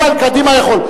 הוא על קדימה יכול.